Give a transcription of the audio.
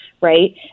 right